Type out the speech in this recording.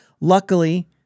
Luckily